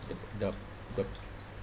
the the